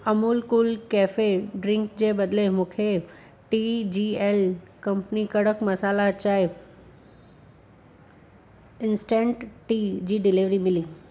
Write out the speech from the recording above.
Amul cool cafe ड्रिंकु जे बदिले मूंखे टी जी एल कंपनी कड़क मसाला चांहिं इंस्टेंट टी जी डिलीवारी मिली